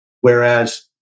Whereas